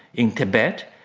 in tibet,